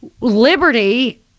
liberty